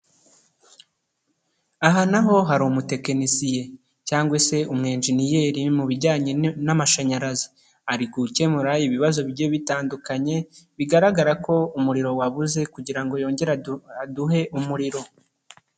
Aha naho hari umutekinisiye cyangwa se umwenjeniyeri mu bijyanye n'amashanyarazi, ari gukemura ibibazo bigiye bitandukanye bigaragara ko umuriro wabuze kugira ngo yongere aduhe umuriro.